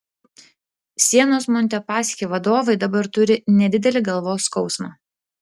sienos montepaschi vadovai dabar turi nedidelį galvos skausmą